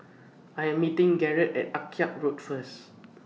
I Am meeting Garett At Akyab Road First